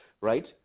Right